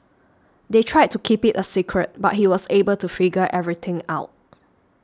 they tried to keep it a secret but he was able to figure everything out